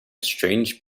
strange